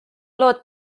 lood